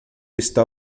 está